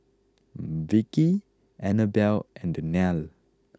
Vicky Annabel and Daniele